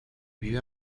vive